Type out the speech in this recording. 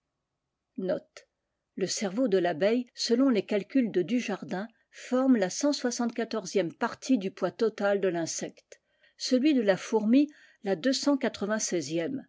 de tabeille selon les calculs de dajardin forme la centième partie du poids total de tinsecte xelui de la fourmi la